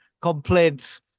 complaints